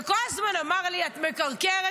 וכל הזמן אמר לי: את מקרקרת,